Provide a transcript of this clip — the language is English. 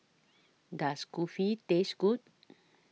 Does Kulfi Taste Good